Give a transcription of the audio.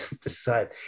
decide